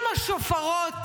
אם השופרות